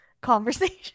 conversation